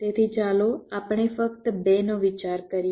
તેથી ચાલો આપણે ફક્ત 2 નો વિચાર કરીએ